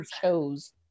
chose